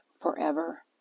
forever